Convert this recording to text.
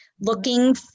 looking